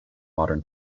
modern